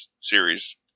series